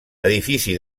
edifici